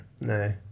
No